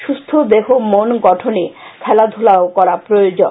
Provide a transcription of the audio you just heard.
সুস্থ দেহ মন গঠনে খেলাধুলাও করা প্রয়োজন